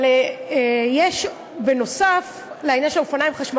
אבל נוסף על העניין של אופניים חשמליים,